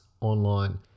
online